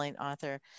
author